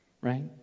right